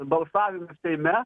balsavime seime